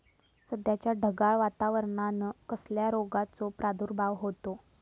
सध्याच्या ढगाळ वातावरणान कसल्या रोगाचो प्रादुर्भाव होता?